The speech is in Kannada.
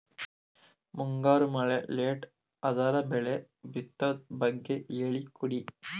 ಮುಂಗಾರು ಮಳೆ ಲೇಟ್ ಅದರ ಬೆಳೆ ಬಿತದು ಬಗ್ಗೆ ಹೇಳಿ ಕೊಡಿ?